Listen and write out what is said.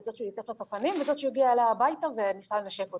זאת שהוא ליטף לה את הפנים וזאת שהוא הגיע אליה הביתה וניסה לנשק אותה.